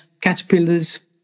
caterpillars